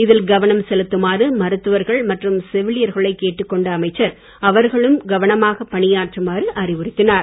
இதில் கவனம் செலுத்துமாறு மருத்துவர்கள் மற்றும் செவிலியர்களை கேட்டுக் கொண்ட அமைச்சர் அவர்களும் கவனமாக பணியாற்றுமாறு அறிவுறுத்தினார்